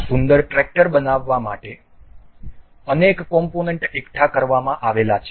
આ સુંદર ટ્રેક્ટર બનાવવા માટે અનેક કોમ્પોનન્ટ એકઠા કરવામાં આવેલા છે